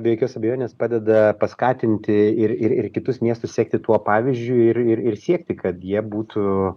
be jokios abejonės padeda paskatinti ir ir ir kitus miestus sekti tuo pavyzdžiu ir ir ir siekti kad jie būtų